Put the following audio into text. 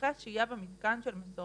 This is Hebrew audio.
משכי השהייה במתקן של מסורבים